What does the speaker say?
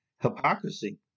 hypocrisy